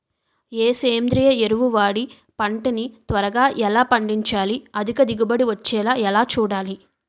ఏ సేంద్రీయ ఎరువు వాడి పంట ని త్వరగా ఎలా పండించాలి? అధిక దిగుబడి వచ్చేలా ఎలా చూడాలి?